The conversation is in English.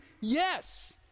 Yes